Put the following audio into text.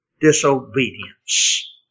disobedience